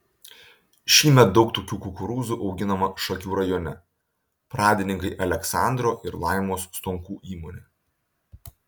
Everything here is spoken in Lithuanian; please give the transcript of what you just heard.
šįmet daug tokių kukurūzų auginama šakių rajone pradininkai aleksandro ir laimos stonkų įmonė